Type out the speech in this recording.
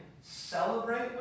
celebrate